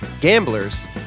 Gamblers